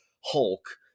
Hulk